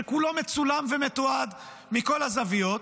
שכולו מצולם ומתועד מכל הזוויות,